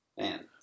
man